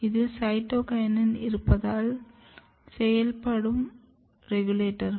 இது சைடோகையின் இருப்பதால் செயல்படும் ரெகுலேட்டர்கள்